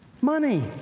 Money